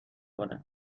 کنه